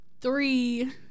three